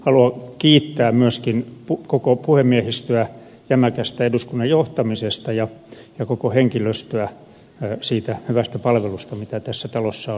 haluan kiittää myöskin koko puhemiehistöä jämäkästä eduskunnan johtamisesta ja koko henkilöstöä siitä hyvästä palvelusta mitä tässä talossa olen kansanedustajana saanut